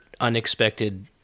unexpected